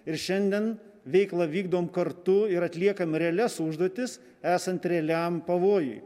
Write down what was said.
ir šiandien veiklą vykdom kartu ir atliekam realias užduotis esant realiam pavojui